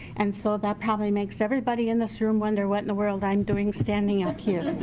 and so that probably makes everybody in this room wonder what in the world i'm doing standing up here.